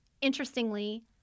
Interestingly –